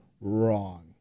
wrong